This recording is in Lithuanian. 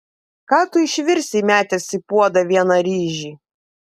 ką tu išvirsi įmetęs į puodą vieną ryžį